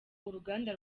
uruganda